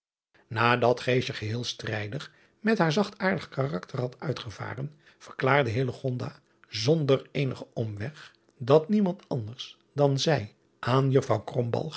adat geheel strijdig met haar zachtaardig karakter driaan oosjes zn et leven van illegonda uisman had uitgevaren verklaarde zonder eenigen omweg dat niemand anders dan zij aan uffrouw